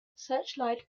searchlight